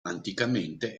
anticamente